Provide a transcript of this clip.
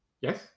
Yes